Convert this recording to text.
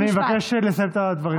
אני מבקש לסיים את הדברים.